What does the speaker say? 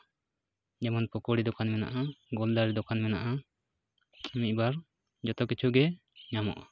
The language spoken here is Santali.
ᱡᱮᱢᱚᱱ ᱯᱚᱠᱳᱲᱤ ᱫᱚᱠᱟᱱ ᱢᱮᱱᱟᱜᱼᱟ ᱜᱳᱞᱫᱟᱨᱤ ᱫᱚᱠᱟᱱ ᱢᱮᱱᱟᱜᱼᱟ ᱢᱤᱫᱼᱵᱟᱨ ᱡᱚᱛᱚ ᱠᱤᱪᱷᱩ ᱜᱮ ᱧᱟᱢᱚᱜᱼᱟ